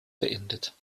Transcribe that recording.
beendet